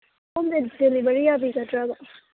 home delivery ꯌꯥꯕꯤꯒꯗ꯭ꯔꯥꯕ